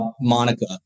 Monica